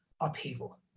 upheaval